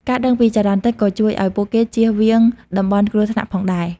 ការដឹងពីចរន្តទឹកក៏ជួយឱ្យពួកគេចៀសវាងតំបន់គ្រោះថ្នាក់ផងដែរ។